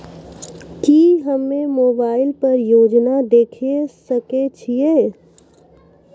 की हम्मे मोबाइल पर योजना देखय सकय छियै?